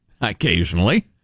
occasionally